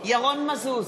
ירון מזוז,